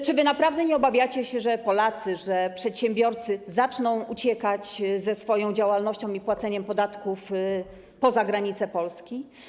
Czy wy naprawdę nie obawiacie się, że Polacy, że przedsiębiorcy zaczną uciekać ze swoją działalnością i płaceniem podatków poza granice Polski?